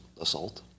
assault